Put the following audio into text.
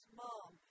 mom